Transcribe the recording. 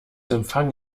empfang